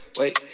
wait